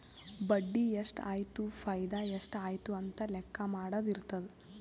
ಬಡ್ಡಿ ಎಷ್ಟ್ ಆಯ್ತು ಫೈದಾ ಎಷ್ಟ್ ಆಯ್ತು ಅಂತ ಲೆಕ್ಕಾ ಮಾಡದು ಇರ್ತುದ್